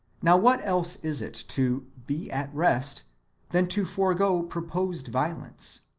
now what else is it to be at rest than to forego purposed violence?